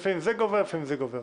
לפעמים זה גובר ולפעמים זה גובר.